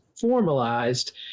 formalized